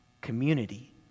community